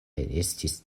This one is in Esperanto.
estis